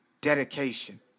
dedication